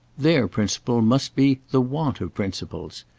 their principle must be the want of principles.